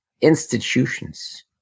Institutions